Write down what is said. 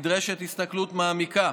נדרשת הסתכלות מעמיקה,